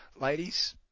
Ladies